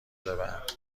بعد